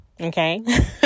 okay